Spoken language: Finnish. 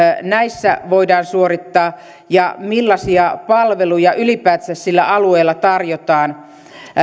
näissä voidaan suorittaa ja millaisia palveluja ylipäätänsä alueella tarjotaan